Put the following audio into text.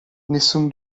nessun